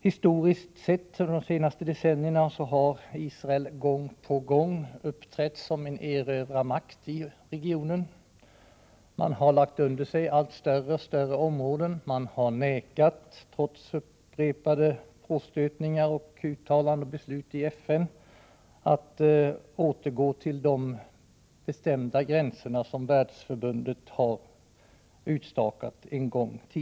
Historiskt sett — under de senaste decennierna — har Israel gång på gång uppträtt som en erövrarmakt i området och lagt under sig allt större områden. Trots upprepade påstötningar, uttalanden och beslut från FN har man vägrat att återgå till de bestämda gränser som världsförbundet utstakade en gång.